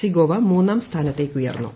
C Goa മൂന്നാം സ്ഥാനത്തേക്കുയർന്നു